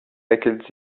räkelt